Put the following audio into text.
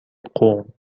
قوم